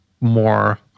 more